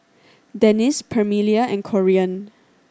Denis Permelia and Corean